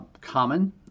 common